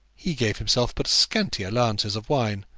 he gave himself but scanty allowances of wine,